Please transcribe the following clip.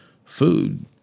food